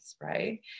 right